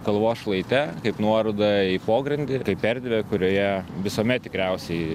kalvos šlaite kaip nuoroda į pogrindį kaip erdvę kurioje visuomet tikriausiai